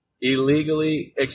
illegally